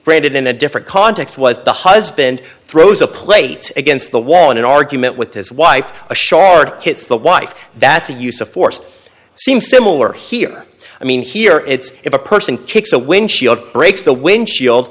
granted in a different context was the husband throws a plate against the wall in an argument with his wife a short kit's the wife that's a use of force seems similar here i mean here it's if a person kicks a windshield breaks the windshield